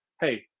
Hey